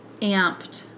amped